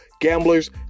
gamblers